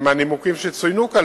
מהנימוקים שהוצגו כאן,